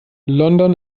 london